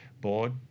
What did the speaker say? board